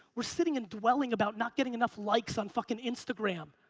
we're sitting and dwelling about not getting enough likes on fucking instagram.